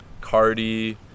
Cardi